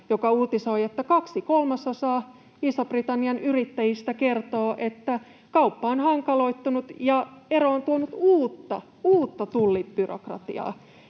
kaksi kolmasosaa Ison-Britannian yrittäjistä kertoo, että kauppa on hankaloitunut ja ero on tuonut uutta tullibyrokratiaa.